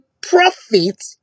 profit